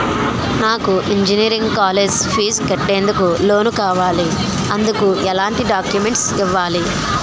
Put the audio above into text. నాకు engineering college fees కట్టేందుకు loan కావాలి, ఎందుకు ఎలాంటి డాక్యుమెంట్స్ ఇవ్వాలి?